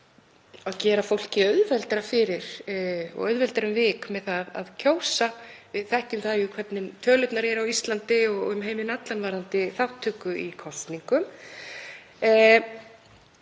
að gera fólki auðveldara fyrir og auðveldara um vik að kjósa. Við þekkjum það jú hvernig tölurnar eru á Íslandi og um heiminn allan varðandi þátttöku í kosningum.